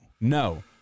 No